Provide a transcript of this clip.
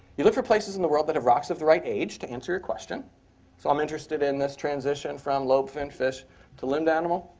you look for places in the world that have rocks of the right age to answer your question. so i'm interested in this transition from lobed finned fish to limbed animal.